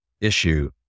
issue